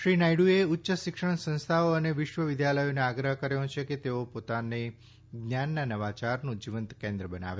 શ્રી નાયડુએ ઉચ્યશિક્ષણ સંસ્થાઓ અને વિશ્વવિધાલયોને આગ્રહ કર્યો છે કે તેઓ પોતાને જ્ઞાનના નવાચારનું જીવંત કેન્દ્ર બનાવે